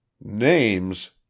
Names